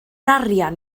arian